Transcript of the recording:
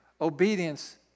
obedience